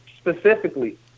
specifically